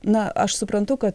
na aš suprantu kad